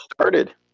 started